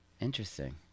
interesting